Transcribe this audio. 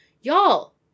Y'all